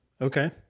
okay